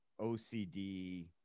OCD